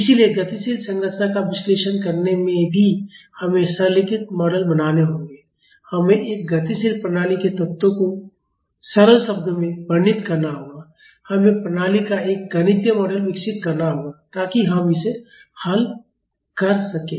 इसलिए गतिशील संरचना का विश्लेषण करने में भी हमें सरलीकृत मॉडल बनाने होंगे हमें एक गतिशील प्रणाली के तत्वों को सरल शब्दों में वर्णित करना होगा और हमें प्रणाली का एक गणितीय मॉडल विकसित करना होगा ताकि हम इसे हल कर सकें